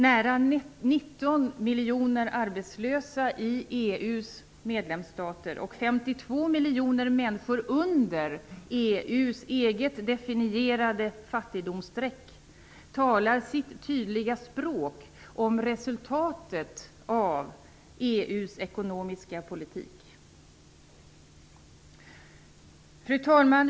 Nästan 19 miljoner arbetslösa i EU:s medlemsstater och 52 miljoner människor under EU:s eget definierade fattidomsstreck talar sitt tydliga språk om resultatet av EU:s ekonomiska politik. Fru talman!